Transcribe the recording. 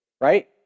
right